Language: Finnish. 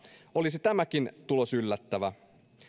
olisi tämäkin tulos yllättävä